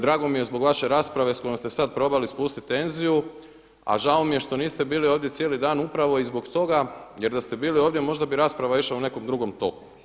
Drago mi je zbog vaše rasprave s kojom ste sada probali spustiti tenziju a žao mi je što niste bili ovdje cijeli dan upravo i zbog toga jer da ste bili ovdje možda bi rasprava išla u nekom drugom toku.